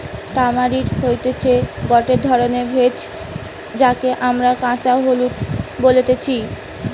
tamarind হতিছে গটে ধরণের ভেষজ যাকে আমরা কাঁচা হলুদ বলতেছি